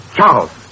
Charles